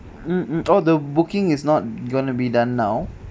mm mm oh the booking is not gonna be done now